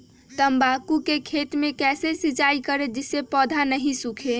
तम्बाकू के खेत मे कैसे सिंचाई करें जिस से पौधा नहीं सूखे?